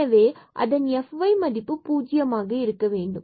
எனவே அதன் fy மதிப்பு பூஜ்யம் ஆக இருக்க வேண்டும்